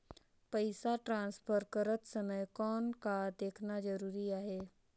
पइसा ट्रांसफर करत समय कौन का देखना ज़रूरी आहे?